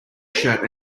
shirt